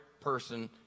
person